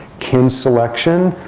kin selection,